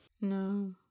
No